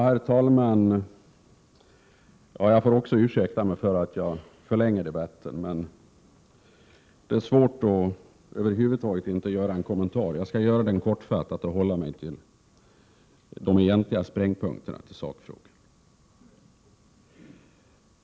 Herr talman! Jag får också be om ursäkt för att jag förlänger debatten, men det är svårt att över huvud taget inte göra någon kommentar. Jag skall fatta mig kort och hålla mig till sakfrågornas springande punkter.